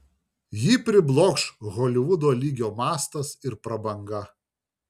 jį priblokš holivudo lygio mastas ir prabanga